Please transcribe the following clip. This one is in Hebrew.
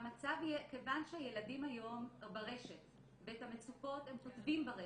כיוון שהילדים היום ברשת ואת המצוקות הם כותבים ברשת,